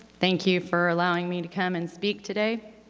thank you for allowing me to come and speak today.